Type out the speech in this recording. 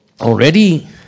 already